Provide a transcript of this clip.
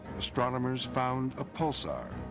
astronomers found a pulsar,